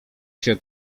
się